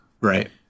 Right